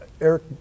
Eric